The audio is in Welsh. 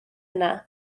yna